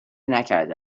نکرده